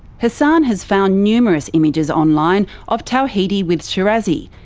hassan has found numerous images online of tawhidi with shirazi,